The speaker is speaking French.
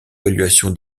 d’évaluation